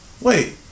wait